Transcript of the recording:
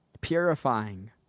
purifying